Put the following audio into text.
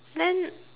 then